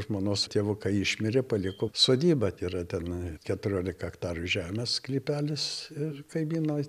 žmonos tėvukai išmirė paliko sodybą yra tenai keturiolika hektarų žemės sklypelis ir kaimynai